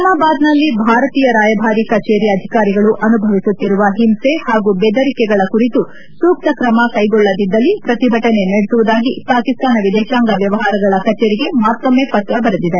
ಇಸ್ಲಾಮಾಬಾದ್ನಲ್ಲಿನ ಭಾರತೀಯ ರಾಯಭಾರಿ ಕಚೇರಿ ಅಧಿಕಾರಿಗಳು ಅನುಭವಿಸುತ್ತಿರುವ ಹಿಂಸೆ ಹಾಗೂ ಬೆದರಿಕೆಗಳ ಕುರಿತು ಸೂಕ್ತ ತ್ರಮ ಕೈಗೊಳ್ಳದಿದ್ದಲ್ಲಿ ಪ್ರತಿಭಟನೆ ನಡೆಸುವುದಾಗಿ ಪಾಕಿಸ್ತಾನ ವಿದೇಶಾಂಗ ವ್ಯವಹಾರಗಳ ಕಚೇರಿಗೆ ಮತ್ತೊಮ್ಮೆ ಪತ್ರ ಬರೆದಿದೆ